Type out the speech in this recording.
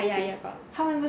ya got